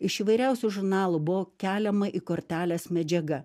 iš įvairiausių žurnalų buvo keliama į korteles medžiaga